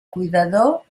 cuidador